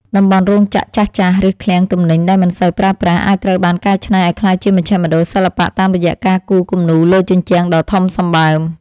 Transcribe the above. តំបន់រោងចក្រចាស់ៗ ឬឃ្លាំងទំនិញដែលមិនសូវប្រើប្រាស់ អាចត្រូវបានកែច្នៃឱ្យក្លាយជាមជ្ឈមណ្ឌលសិល្បៈតាមរយៈការគូរគំនូរលើជញ្ជាំងដ៏ធំសម្បើម។